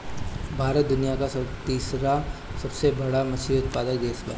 भारत दुनिया का तीसरा सबसे बड़ा मछली उत्पादक देश बा